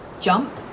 jump